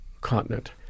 continent